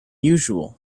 usual